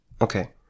Okay